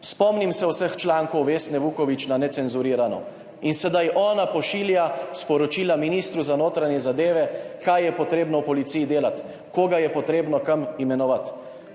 Spomnim se vseh člankov Vesne Vuković na Necenzurirano in sedaj ona pošilja sporočila ministru za notranje zadeve, kaj je potrebno v policiji delati, koga je potrebno kam imenovati,